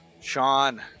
Sean